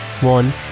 one